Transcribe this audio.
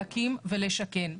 להקים ולשקם.